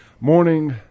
morning